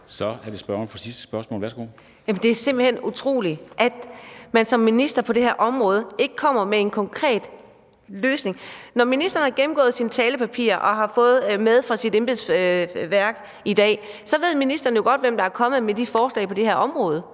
Så er det spørgeren for sidste spørgsmål. Værsgo. Kl. 13:26 Karina Adsbøl (DF): Jamen det er simpelt hen utroligt, at man som minister på det her område ikke kommer med en konkret løsning. Når ministeren har gennemgået sine talepapirer, som ministeren har fået med fra sit embedsværk i dag, ved ministeren jo godt, hvem der er kommet med de forslag på det her område,